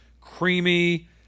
creamy